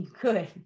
Good